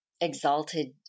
exalted